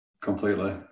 Completely